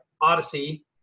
Odyssey